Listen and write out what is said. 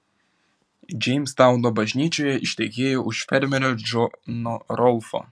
džeimstauno bažnyčioje ištekėjo už fermerio džono rolfo